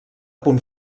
punt